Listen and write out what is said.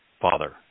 Father